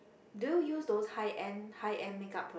do you use those high end high end makeup product